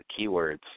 keywords